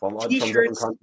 t-shirts